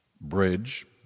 bridge